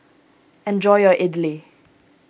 enjoy your Idili